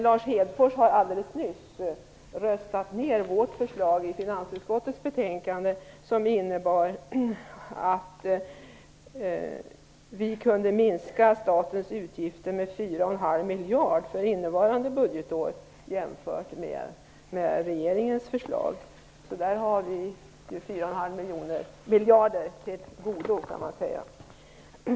Lars Hedfors har alldeles nyss röstat ned vårt förslag i finansutskottets betänkande som innebar att vi kunde minska statens utgifter med 4,5 miljarder för innevarande budgetår jämfört med regeringens förslag. Där har vi 4,5 miljarder till godo, kan man säga.